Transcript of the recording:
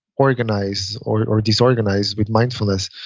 organized or disorganized with mindfulness,